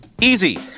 Easy